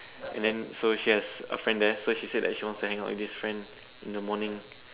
and then so she has a friend there so she said that she that she wants to hang out with this friend in the morning